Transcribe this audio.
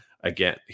again